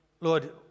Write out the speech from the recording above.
Lord